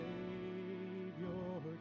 Savior